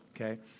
okay